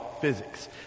physics